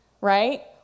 right